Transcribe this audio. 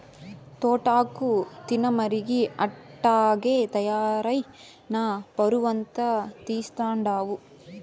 తోటాకు తినమరిగి అట్టాగే తయారై నా పరువంతా తీస్తండావు